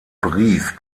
brief